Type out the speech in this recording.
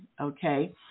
Okay